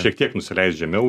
šiek tiek nusileist žemiau